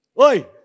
Oi